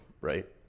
right